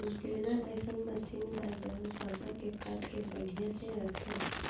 baler अइसन machine बा जवन फसल के काट के बढ़िया से रखेले